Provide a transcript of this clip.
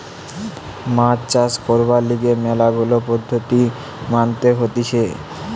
মাছ চাষ করবার লিগে ম্যালা গুলা পদ্ধতি মানতে হতিছে